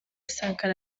sankara